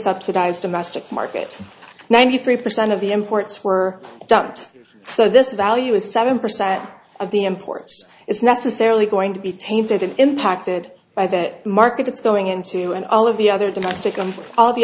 subsidized domestic market ninety three percent of the imports were dumped so this value is seven percent of the imports is necessarily going to be tainted and impacted by that market it's going into and all of the other domestic on all the